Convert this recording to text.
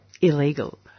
illegal